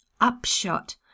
upshot